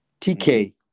TK